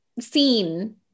seen